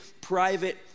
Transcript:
private